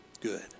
good